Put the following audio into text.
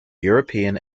european